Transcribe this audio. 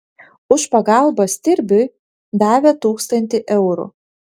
už pagalbą stirbiui davė tūkstantį eurų